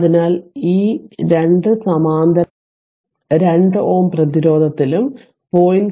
അതിനാൽ ഈ 2 സമാന്തര 2 Ω പ്രതിരോധത്തിലും 0